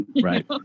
right